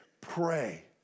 pray